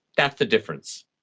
that's the difference.